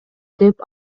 деп